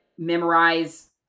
memorize